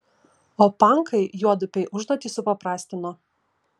o pankai juodupei užduotį supaprastino